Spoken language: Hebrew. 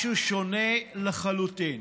משהו שונה לחלוטין.